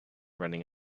running